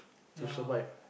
to survive